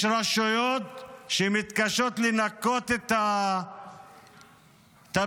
יש רשויות שמתקשות לנקות את הפסולת